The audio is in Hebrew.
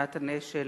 נתן אשל,